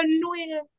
annoying